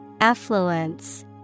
Affluence